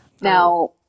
Now